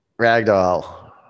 ragdoll